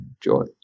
joy